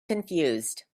confused